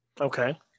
Okay